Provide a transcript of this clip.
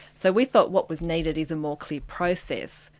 so we thought what was needed is a more clear process,